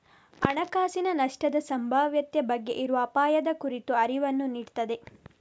ಹಣಕಾಸಿನ ನಷ್ಟದ ಸಂಭಾವ್ಯತೆ ಬಗ್ಗೆ ಇರುವ ಅಪಾಯದ ಕುರಿತ ಅರಿವನ್ನ ನೀಡ್ತದೆ